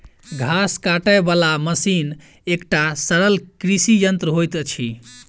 घास काटय बला मशीन एकटा सरल कृषि यंत्र होइत अछि